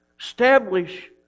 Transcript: establish